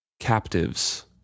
Captives